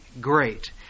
great